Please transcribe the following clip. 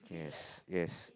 yes yes